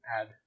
add